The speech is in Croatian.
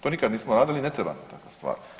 To nikad nismo radili i ne treba nam takva stvar.